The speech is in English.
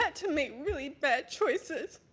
to make really bad choices